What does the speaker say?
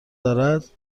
دارد، به